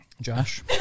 Josh